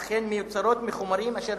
אך הן מיוצרות מחומרים אשר